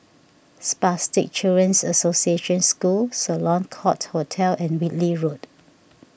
Spastic Children's Association School Sloane Court Hotel and Whitley Road